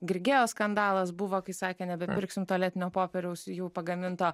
grigeo skandalas buvo kai sakė nebepirksim tualetinio popieriaus jų pagaminto